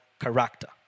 character